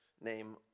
name